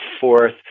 fourth